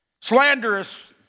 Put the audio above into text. slanderous